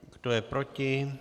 Kdo je proti?